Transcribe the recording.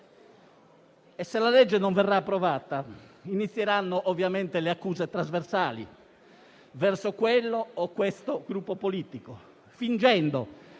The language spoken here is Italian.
e se la legge non verrà approvata, inizieranno ovviamente le accuse trasversali, verso questo o quel gruppo politico, fingendo -